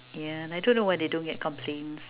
yeah I don't know why they don't get complaints